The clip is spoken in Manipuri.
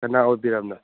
ꯀꯅꯥ ꯑꯣꯏꯕꯤꯔꯕꯅꯣ